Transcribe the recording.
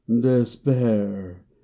DESPAIR